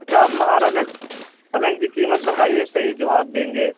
اچھا آپ مہاراجہ پلنگ کی قیمت بتائیے صحیح جو آپ دیں گے